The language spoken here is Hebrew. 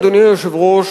אדוני היושב-ראש,